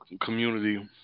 community